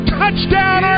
touchdown